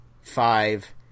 five